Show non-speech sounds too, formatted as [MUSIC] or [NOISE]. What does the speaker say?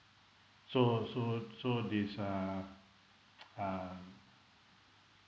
so so so this uh [NOISE] um